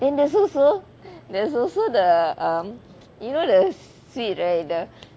then there's also there's also the um you know the sweet right the